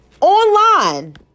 online